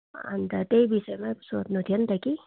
अन्त त्यही विषयमा सोध्नु थियो नि त कि